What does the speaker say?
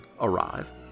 arrive